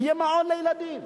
יהיה מעון לילדים,